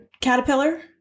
caterpillar